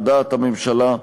על דעת הממשלה,